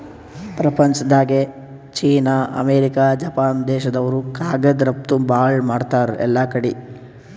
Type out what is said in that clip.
ಪ್ರಪಂಚ್ದಾಗೆ China, America, Japan ದೇಶ್ದವ್ರು ಕಾಗದ್ ರಫ್ತು ಭಾಳ್ ಮಾಡ್ತಾರ್ ಎಲ್ಲಾಕಡಿ